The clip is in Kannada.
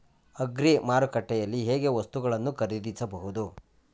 ಅಗ್ರಿ ಮಾರುಕಟ್ಟೆಯಲ್ಲಿ ಹೇಗೆ ವಸ್ತುಗಳನ್ನು ಖರೀದಿಸಬಹುದು?